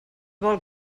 vol